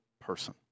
person